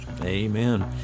Amen